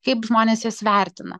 kaip žmonės jas vertina